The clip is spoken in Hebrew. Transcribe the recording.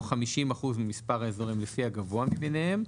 50% ממספר האזורים לפי הגבוה מביניהם,